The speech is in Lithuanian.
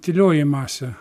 tylioji masė